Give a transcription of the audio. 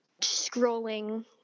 scrolling